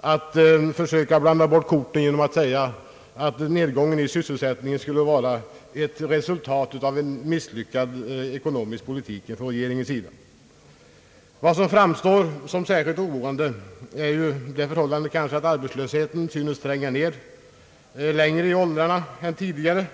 att försöka blanda bort korten genom att säga att nedgången i sysselsättningen skulle vara resultatet av en misslyckad politik från regeringens sida. Vad som framstår som särskilt oroande är att arbetslösheten synes tränga längre ned i åldrarna än tidigare.